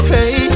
Hey